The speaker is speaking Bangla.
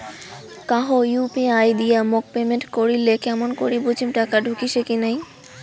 কাহো ইউ.পি.আই দিয়া মোক পেমেন্ট করিলে কেমন করি বুঝিম টাকা ঢুকিসে কি নাই?